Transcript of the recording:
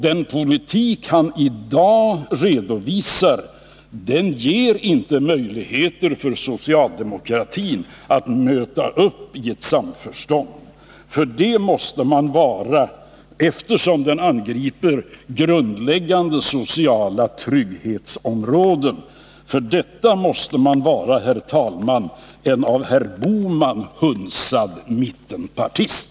Den politik som han i dag redovisar ger inte möjligheter för socialdemokraterna att möta upp i ett samförstånd, eftersom den angriper grundläggande sociala trygghetsområden. För att kunna acceptera sådan politik måste man vara en av herr Bohman hunsad mittenpartist.